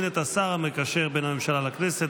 ראש הממשלה התקבלה.